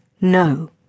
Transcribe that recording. No